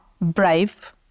brave